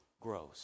grows